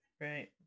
Right